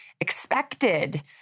expected